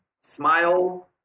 Smile